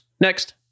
Next